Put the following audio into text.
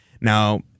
Now